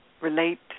Relate